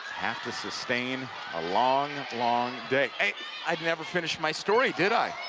have to sustain a long, long day hey, i never finished my story, did i?